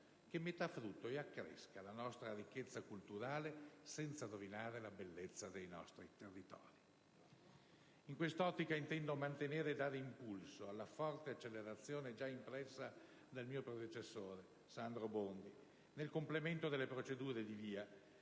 che metta a frutto e accresca la nostra ricchezza culturale senza rovinare la bellezza dei nostri territori. In quest'ottica intendo mantenere e dare impulso alla forte accelerazione già impressa dal mio predecessore, Sandro Bondi, nel completamento delle procedure di VIA